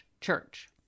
church